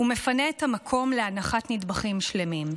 ומפנה את המקום להנחת נדבכים שלמים.